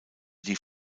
die